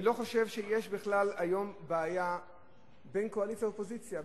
לא חושב שיש בכלל היום בעיה בין קואליציה לאופוזיציה,